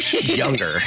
Younger